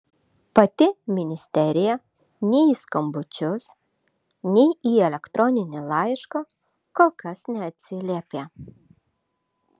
pati ministerija nei į skambučius nei į elektroninį laišką kol kas neatsiliepė